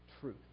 truth